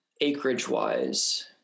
acreage-wise